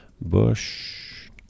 Bush